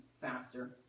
faster